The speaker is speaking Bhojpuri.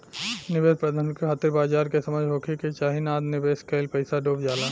निवेश प्रबंधन के खातिर बाजार के समझ होखे के चाही नात निवेश कईल पईसा डुब जाला